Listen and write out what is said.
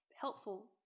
helpful